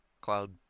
Cloud